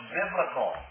biblical